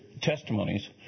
testimonies